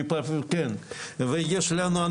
ויש לנו,